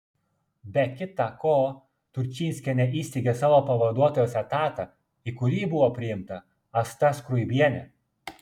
be kita ko turčinskienė įsteigė savo pavaduotojos etatą į kurį buvo priimta asta skruibienė